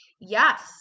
Yes